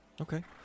okay